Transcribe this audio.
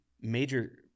major